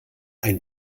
ein